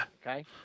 Okay